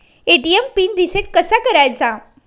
ATM PIN reset कसा करायचा?